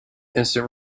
instant